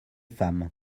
femmes